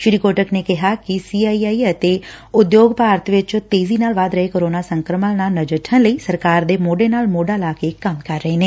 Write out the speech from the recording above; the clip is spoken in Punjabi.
ਸ੍ਰੀ ਕੋਟਕ ਨੇ ਕਿਹਾ ਕਿ ਸੀ ਆਈ ਆਈ ਅਤੇ ਉਦਯੋਗ ਭਾਰਤ ਵਿਚ ਤੇਜ਼ੀ ਨਾਲ ਵਂਧੇ ਕੋਰੋਨਾ ਸੰਕਰਮਣ ਨਾਲ ਨਜਿੱਠਣ ਲਈ ਸਰਕਾਰ ਦੇ ਸੋਢੇ ਨਾਲ ਸੋਢਾ ਲਾਕੇ ਕੰਮ ਕਰ ਰਹੇ ਨੇ